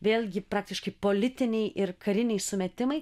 vėlgi praktiškai politiniai ir kariniai sumetimai